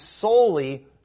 solely